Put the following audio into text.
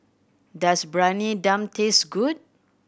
does Briyani Dum taste good